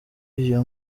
iyo